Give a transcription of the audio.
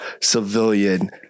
civilian